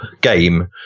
game